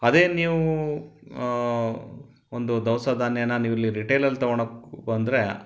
ಅದೇ ನೀವು ಒಂದು ದವಸ ಧಾನ್ಯನಾ ನೀವಿಲ್ಲಿ ರಿಟೇಲಲ್ಲಿ ತಗೊಳ್ಳೋಕೆ ಅಂದರೆ